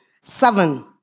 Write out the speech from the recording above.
seven